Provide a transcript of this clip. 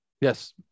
Yes